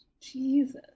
Jesus